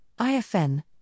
IFN